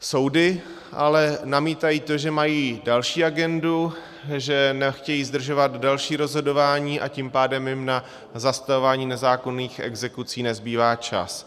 Soudy ale namítají to, že mají další agendu, že nechtějí zdržovat další rozhodování, a tím pádem jim na zastavování nezákonných exekucí nezbývá čas.